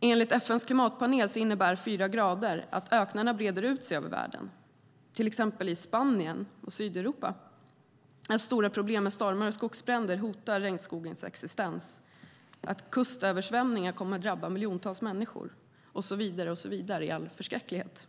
Enligt FN:s klimatpanel innebär fyra grader att öknarna breder ut sig över världen, till exempel i Spanien och Sydeuropa, att stora problem med stormar och skogsbränder hotar regnskogens existens, att kustöversvämningar kommer att drabba miljontals människor - och så vidare och vidare i all förskräcklighet.